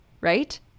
right